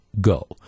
go